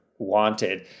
wanted